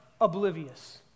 oblivious